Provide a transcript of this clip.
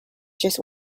just